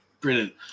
Brilliant